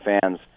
fans